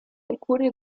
alcuni